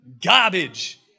garbage